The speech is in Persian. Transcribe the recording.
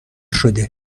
شده